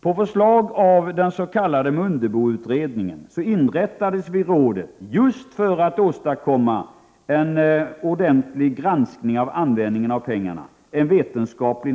På förslag av den s.k. Mundeboutredningen inrättade rådet en vetenskaplig nämnd år 1983 just för att åtadkomma en ordentlig granskning av användningen av pengarna.